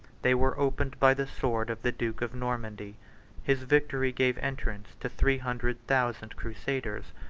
they were opened by the sword of the duke of normandy his victory gave entrance to three hundred thousand crusaders,